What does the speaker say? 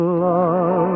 love